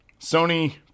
Sony